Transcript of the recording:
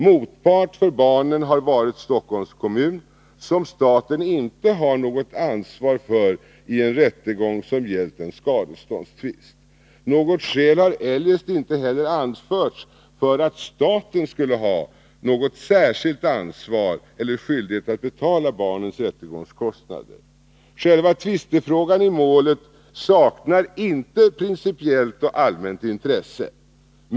Motpart för barnen har varit Stockholms kommun, som staten inte har något ansvar för i en rättegång som gällt en skadeståndstvist. Något skäl har eljest inte heller anförts för att staten skulle ha något särskilt ansvar eller skyldighet att betala barnens rättegångskostnader. Själva tvistefrågan i målet saknar inte principiellt och allmänt intresse.